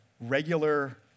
regular